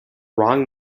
wrong